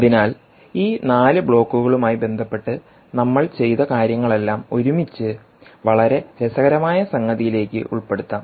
അതിനാൽ ഈ നാല് ബ്ലോക്കുകളുമായി ബന്ധപ്പെട്ട് നമ്മൾ ചെയ്ത കാര്യങ്ങളെല്ലാം ഒരുമിച്ച് വളരെ രസകരമായ സംഗതിയിലേക്ക് ഉൾപ്പെടുത്താം